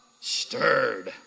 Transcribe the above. stirred